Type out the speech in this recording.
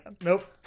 Nope